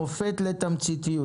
מופת לתמציתיות.